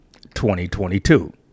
2022